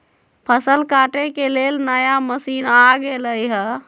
फसल काटे के लेल नया नया मशीन आ गेलई ह